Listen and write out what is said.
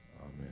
Amen